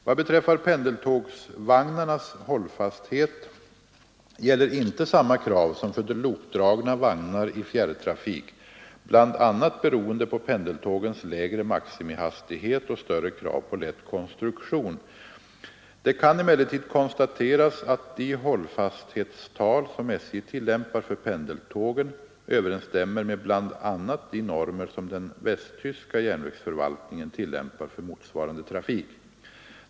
Vad beträffar pendeltågsvagnarnas hållfasthet gäller inte samma krav som för lokdragna vagnar i fjärrtrafik, bl.a. beroende på pendeltågens lägre maximihastighet och större krav på lätt konstruktion. Det kan emellertid konstateras att de hållfasthetstal som SJ tillämpar för pendeltågen överensstämmer med bl.a. de normer som den västtyska järnvägsförvaltningen tillämpar för motsvarande trafik.